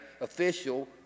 official